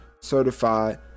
Certified